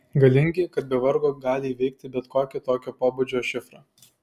galingi kad be vargo gali įveikti bet kokį tokio pobūdžio šifrą